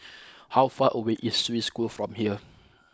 how far away is Swiss School from here